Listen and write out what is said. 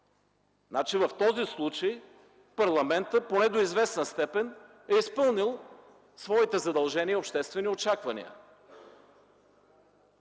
Значи в този случай парламентът поне до известна степен е изпълнил своите задължения и обществени очаквания.